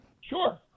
Sure